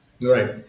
Right